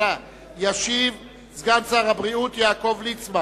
בקריאה טרומית,